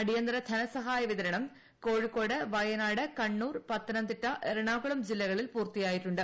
അടിയന്തര ധനസഹായവിതരണം കോഴിക്കോട് വയനാട് കണ്ണൂർ പത്തനംതിട്ട എറണാകുളം ജില്ലകളിൽ പൂർത്തിയായിട്ടുണ്ട്